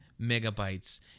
megabytes